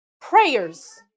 prayers